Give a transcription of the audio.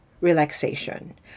relaxation